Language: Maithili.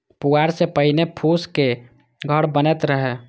पुआर सं पहिने फूसक घर बनैत रहै